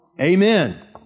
Amen